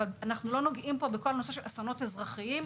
שאנחנו לא נוגעים פה בכל הנושא של אסונות אזרחיים,